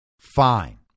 fine